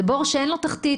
זה בור שאין לו תחתית,